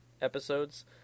episodes